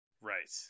Right